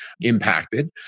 impacted